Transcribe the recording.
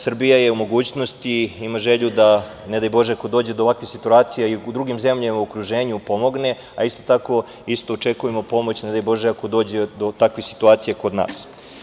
Srbija je u mogućnosti i ima želju da, ne daj Bože, ako dođe do ovakvih situacija i u drugim zemljama u okruženju pomogne, a isto tako očekujemo pomoć, ne daj Bože, ako dođe do takvih situacija kod nas.